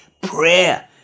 Prayer